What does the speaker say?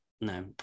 No